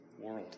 world